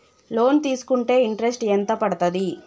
Loan తీస్కుంటే interest ఎంత పడ్తది?